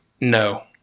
No